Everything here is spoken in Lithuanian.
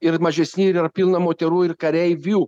ir mažesni yra pilna moterų ir kareivių